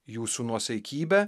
jūsų nuosaikybe